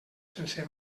sense